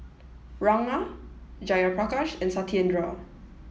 Ranga Jayaprakash and Satyendra